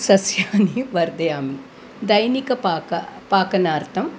सस्यानि वर्धयामि दैनिकपाक पाकार्थं